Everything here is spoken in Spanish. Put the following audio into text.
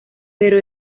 pero